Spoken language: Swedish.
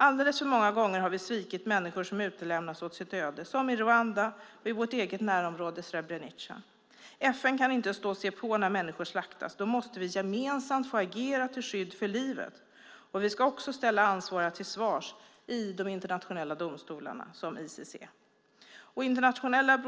Alldeles för många gånger har vi svikit människor som lämnats åt sitt öde, som i Rwanda och i vårt eget närområde Srebrenica. FN kan inte stå och se på när människor slaktas. Då måste vi gemensamt få agera till skydd för livet. Vi ska också ställa ansvariga till svars i de internationella domstolarna, som ICC. Internationella